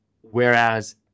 whereas